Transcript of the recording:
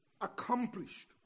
accomplished